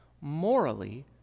morally